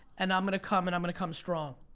and i'm gonna come and i'm gonna come strong.